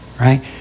Right